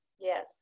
Yes